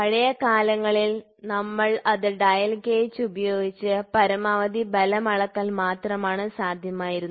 പഴയ കാലങ്ങളിൽ ഞങ്ങൾ അത് ഡയൽ ഗേജ് ഉപയോഗിച്ച് പരമാവധി ബലം അളക്കൽ മാത്രമാണ് സാധ്യമായിരുന്നത്